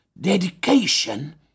dedication